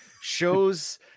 shows